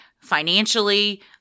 financially